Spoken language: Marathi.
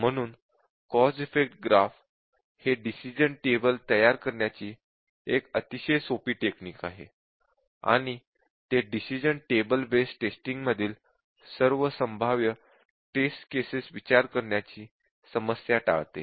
म्हणून कॉझ इफेक्ट ग्राफ हे डिसिश़न टेबल तयार करण्याची एक अतिशय सोपी टेक्निक आहे आणि ते डिसिश़न टेबल बेस्ड टेस्टिंग मधील सर्व संभाव्य टेस्ट केसेस विचार करण्याची समस्या टाळते